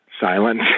silence